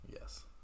Yes